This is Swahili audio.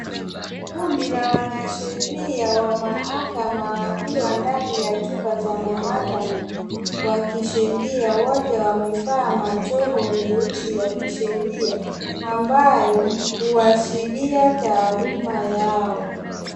Kundi la wanasheria wa mahakama, wakiwa ndani ya chumba cha mahakama wa kisheria. Wote wamevaa majoho meusi ya kisheria, ambayo huashiria taaluma yao.